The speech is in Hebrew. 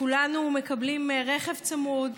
כולנו מקבלים רכב צמוד,